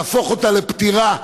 להפוך אותה לפתירה,